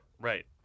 Right